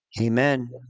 Amen